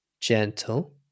gentle